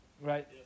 right